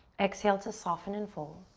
exhale to soften and fold.